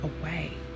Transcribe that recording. away